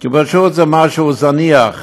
כי פשוט זה משהו זניח,